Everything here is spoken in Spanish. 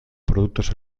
productos